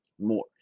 more